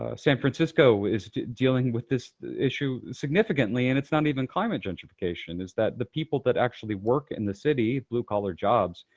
ah san francisco is dealing with this issue significantly and it's not even climate gentrification, is that the people that actually work in the city, blue collar jobs,